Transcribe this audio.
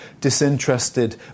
disinterested